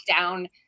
down